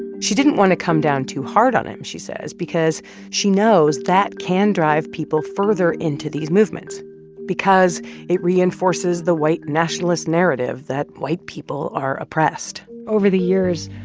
and she didn't want to come down too hard on him, she says, because she knows that can drive people further into these movements because it reinforces the white nationalist narrative that white people are oppressed over the years,